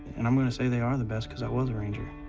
and i'm gonna say they are the best cause i was a ranger.